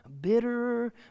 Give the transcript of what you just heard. bitter